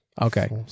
okay